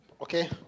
Okay